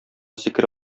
сикерә